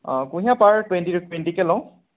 অঁ কুঁহিয়াৰ পাৰ টুৱেন্টি টুৱেন্টি কে লওঁ